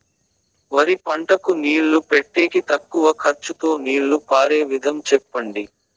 వరి పంటకు నీళ్లు పెట్టేకి తక్కువ ఖర్చుతో నీళ్లు పారే విధం చెప్పండి?